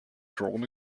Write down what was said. drawn